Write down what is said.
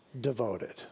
devoted